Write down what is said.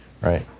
right